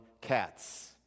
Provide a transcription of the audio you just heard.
cats